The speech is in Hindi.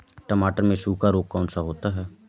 टमाटर में सूखा रोग कौन सा होता है?